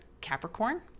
capricorn